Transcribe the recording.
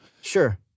Sure